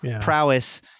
prowess